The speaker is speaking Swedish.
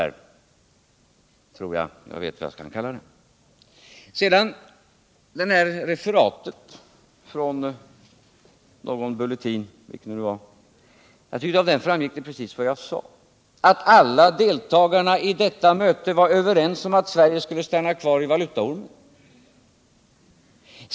Jag tror att jag vet vad jag kan kalla det med min vokabulär. Av referaten från någon bulletin — vilken det nu var — framgick precis vad jag sade, nämligen att alla deltagarna i detta möte var överens om att Sverige skulle stanna kvar i valutaormen.